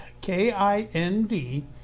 K-I-N-D